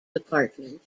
department